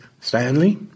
Stanley